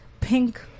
pink